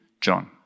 John